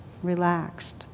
relaxed